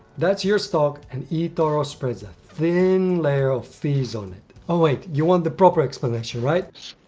that's your stock and etoro spreads a thin layer of fees on it. oh wait, you want the proper explanation, right?